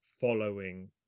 following